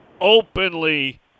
openly